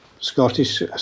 Scottish